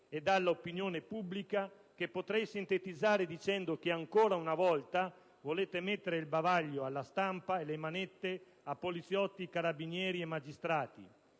e dalla opinione pubblica, che potrei sintetizzare dicendo che ancora una volta volete mettere il bavaglio alla stampa e le manette a poliziotti, carabinieri e magistrati,